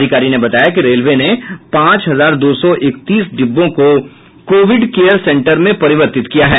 अधिकारी ने बताया कि रेलवे ने पांच हजार दो सौ इकतीस डिब्बों को कोविड केयर सेंटर में परिवर्तित किया है